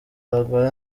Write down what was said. bagore